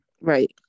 right